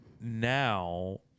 Now